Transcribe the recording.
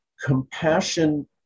compassion